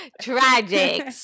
tragic